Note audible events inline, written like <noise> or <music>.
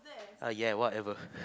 err ya whatever <laughs>